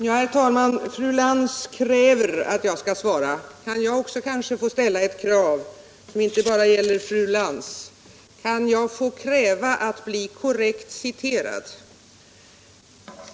Herr talman! Fru Lantz kräver att jag skall svara. Får jag kanske också ställa ett krav, som inte bara gäller fru Lantz? Kan jag få kräva att bli korrekt citerad?